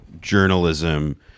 journalism